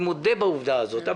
אני מודה בעובדה הזאת.